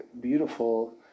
beautiful